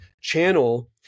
channel